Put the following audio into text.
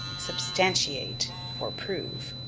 substantiate for prove.